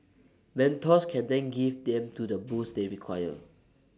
mentors can then give them to the boost they require